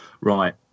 Right